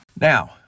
Now